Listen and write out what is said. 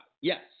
Yes